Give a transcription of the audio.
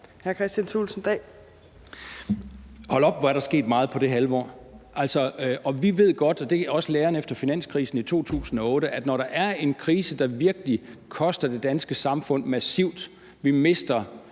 Hold op, hvor er der sket meget på det halve år. Og vi ved godt, og det er også læren efter finanskrisen i 2008, at når der er en krise, der virkelig koster det danske samfund massivt, og hvor